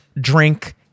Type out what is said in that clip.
drink